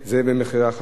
זה אומר שהוא צריך